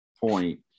point